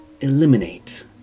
eliminate